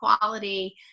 quality